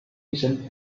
ancient